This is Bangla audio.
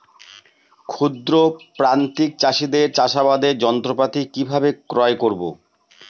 ক্ষুদ্র প্রান্তিক চাষীদের চাষাবাদের যন্ত্রপাতি কিভাবে ক্রয় করব?